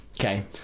Okay